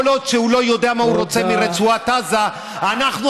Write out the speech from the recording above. כל עוד הוא לא יודע מה הוא רוצה מרצועת עזה, תודה.